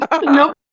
Nope